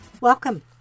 Welcome